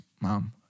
mom